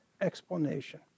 explanation